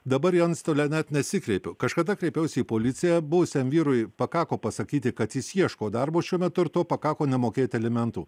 dabar į antstolę net nesikreipiau kažkada kreipiausi į policiją buvusiam vyrui pakako pasakyti kad jis ieško darbo šiuo metu ir to pakako nemokėti alimentų